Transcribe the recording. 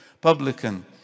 publican